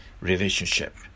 relationship